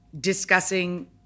discussing